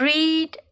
Read